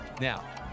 now